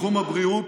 בתחום הבריאות,